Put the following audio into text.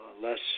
less